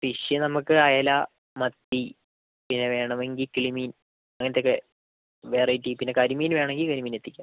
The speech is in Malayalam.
ഫിഷ് നമുക്ക് അയല മത്തി പിന്നെ വേണമെങ്കിൽ കിളിമീൻ അങ്ങനത്തെ ഒക്കെ വെറൈറ്റി പിന്നെ കരിമീൻ വേണമെങ്കിൽ കരിമീൻ എത്തിക്കാം